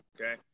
okay